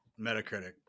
Metacritic